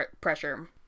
pressure